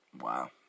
Wow